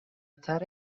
خطر